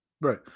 Right